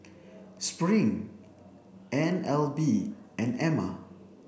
Spring N L B and Ema